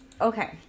okay